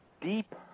deep